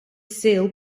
sail